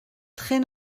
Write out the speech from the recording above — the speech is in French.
très